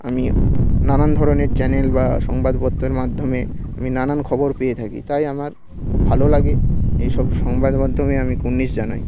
আমি নানান ধরনের চ্যানেল বা সংবাদপত্রের মাধ্যমে আমি নানান খবর পেয়ে থাকি তাই আমার খুব ভালোও লাগে এইসব সংবাদ মাধ্যমে আমি কুর্নিশ জানাই